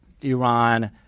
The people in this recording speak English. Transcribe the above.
Iran